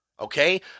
okay